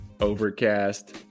overcast